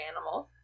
animals